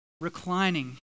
reclining